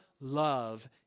love